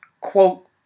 quote